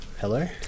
Hello